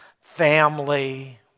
family